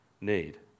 need